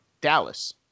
Dallas